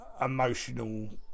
emotional